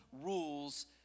rules